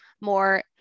more